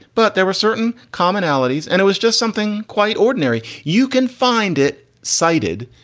but there were certain commonalities and it was just something quite ordinary. you can find it cited,